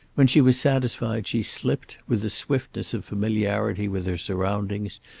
when she was satisfied she slipped, with the swiftness of familiarity with her surroundings,